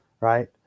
right